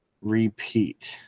Repeat